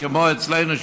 כמו אצלנו,